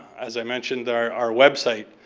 as i mentioned our website.